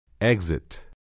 Exit